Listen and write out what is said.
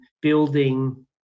building